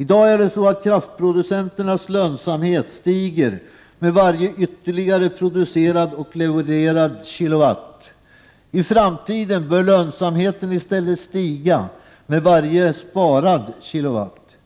I dag stiger kraftproducenternas lönsamhet med varje ytterligare producerad och levererad kilowatt. I framtiden bör lönsamheten i stället stiga med varje sparad kilowatt.